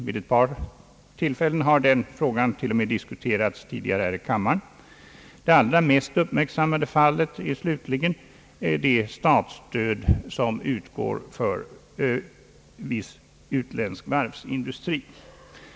Vid ett par olika tillfällen har den frågan t.o.m. diskuterats här i kammaren. Det alira mest uppmärksammade fallet slutligen av konkurrens med statsstöd är viss utländsk varvsindustri.